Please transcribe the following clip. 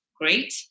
great